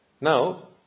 Now